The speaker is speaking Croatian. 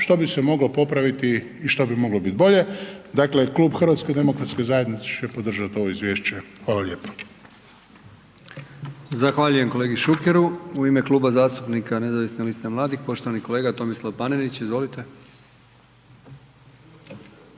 što bi se moglo popraviti i što bi moglo biti bolje. Dakle, Klub HDZ-a će podržati ovo izvješće. Hvala lijepo. **Brkić, Milijan (HDZ)** Zahvaljujem kolegi Šukeru. U ime Kluba zastupnika Nezavisne liste mladih, poštovani kolega Tomislav Panenić, izvolite.